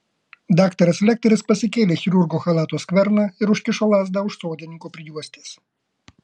daktaras lekteris pasikėlė chirurgo chalato skverną ir užkišo lazdą už sodininko prijuostės